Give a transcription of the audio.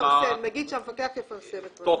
נגיד שהמפקח יפרסם את הפרטים.